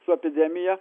su epidemija